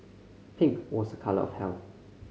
pink was a colour of health